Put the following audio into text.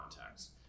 context